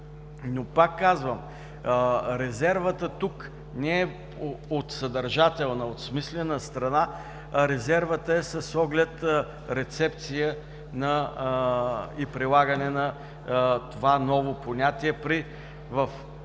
Но пак казвам, резервът тук не е от съдържателна, от смислена страна. А резервът е с оглед рецепция и прилагане това ново понятие при прилагане